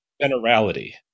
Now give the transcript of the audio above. generality